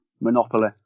Monopoly